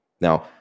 Now